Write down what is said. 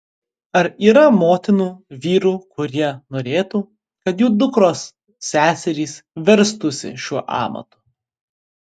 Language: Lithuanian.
ar yra motinų vyrų kurie norėtų kad jų dukros seserys verstųsi šiuo amatu